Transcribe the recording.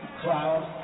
clouds